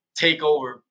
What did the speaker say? takeover